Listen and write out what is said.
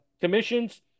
commissions